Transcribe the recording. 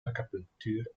acupunctuur